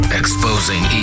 exposing